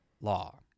law